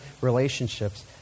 relationships